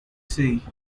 see